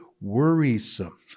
worrisome